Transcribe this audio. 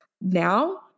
Now